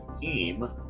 team